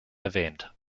erwähnt